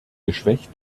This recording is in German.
geschwächt